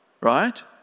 Right